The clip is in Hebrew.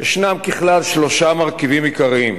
ישנם ככלל שלושה מרכיבים עיקריים: